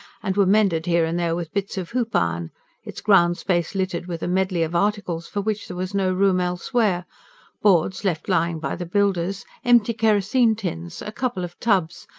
and were mended here and there with bits of hoop-iron its ground space littered with a medley of articles for which there was no room elsewhere boards left lying by the builders, empty kerosene-tins, a couple of tubs,